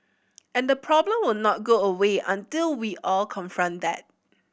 and the problem will not go away until we all confront that